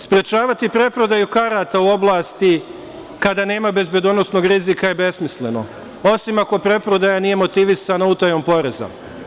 Sprečavati preprodaju karata u oblasti kada nema bezbednosnog rizika je besmisleno, osim ako preprodaja nije motivisana utajom poreza.